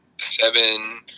seven